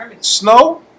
Snow